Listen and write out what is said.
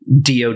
DOD